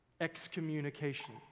Excommunication